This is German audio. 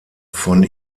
von